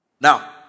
Now